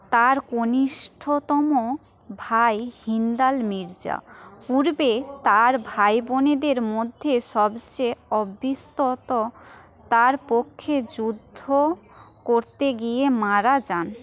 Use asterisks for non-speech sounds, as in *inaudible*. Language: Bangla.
তার কনিষ্ঠতম ভাই হিন্দাল মির্জা পূর্বে তার ভাইবোনেদের মধ্যে সবচেয়ে *unintelligible* তার পক্ষে যুদ্ধ করতে গিয়ে মারা যান